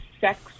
sex